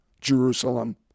Jerusalem